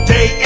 Day